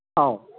ꯑꯧ